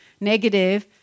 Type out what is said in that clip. negative